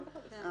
בכל מקום שכתוב?